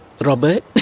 Robert